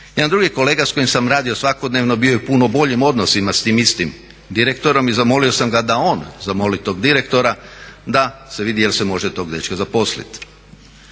Jedan drugi kolega s kojim sam radio svakodnevno bio je u puno boljim odnosima s tim istim direktorom i zamolio sam ga da on zamoli tog direktora da se vidi jel se može tog dečka zaposliti.